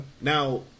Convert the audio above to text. Now